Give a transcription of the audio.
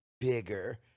bigger